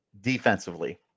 Defensively